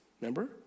remember